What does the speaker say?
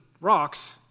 rocks